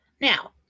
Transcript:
now